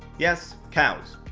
yes cows.